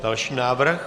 Další návrh?